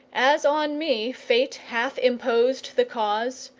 as on me fate hath imposed the cause,